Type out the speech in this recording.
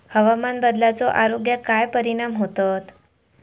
हवामान बदलाचो आरोग्याक काय परिणाम होतत?